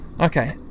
okay